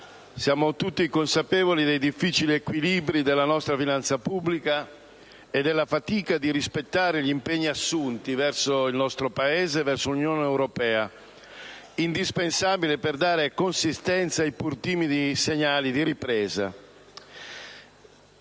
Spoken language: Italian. Siamo tutti consapevoli dei difficili equilibri della nostra finanza pubblica e della fatica di rispettare gli impegni assunti verso il nostro Paese e verso l'Unione europea, indispensabili per dare consistenza ai pur timidi segnali di ripresa.